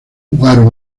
jugaron